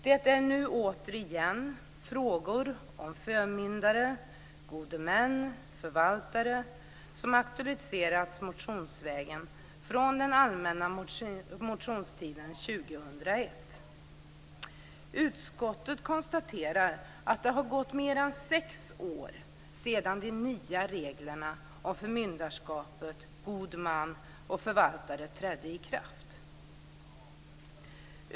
Det är nu återigen frågor om förmyndare, gode män och förvaltare som har aktualiserats motionsvägen från den allmänna motionstiden år 2001. Utskottet konstaterar att det har gått mer än sex år sedan de nya reglerna om förmyndarskapet, god man och förvaltare trädde i kraft.